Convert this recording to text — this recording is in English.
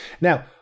Now